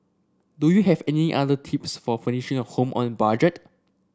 do you have any other tips for furnishing a home on budget